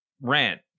rant